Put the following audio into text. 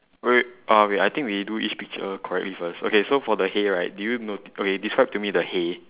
wait wait uh I think we do each picture correctly first okay so for the hay right did you noti~ okay describe to me the hay